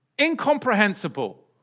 incomprehensible